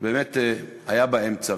היה באמצע.